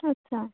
ᱟᱪᱪᱷᱟ